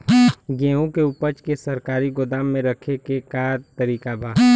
गेहूँ के ऊपज के सरकारी गोदाम मे रखे के का तरीका बा?